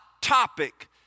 topic